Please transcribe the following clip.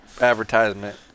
advertisement